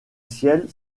ciel